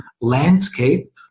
landscape